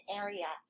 area